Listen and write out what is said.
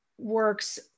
works